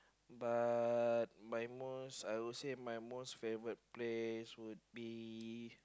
but my most I would say my most favourite place would be